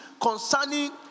concerning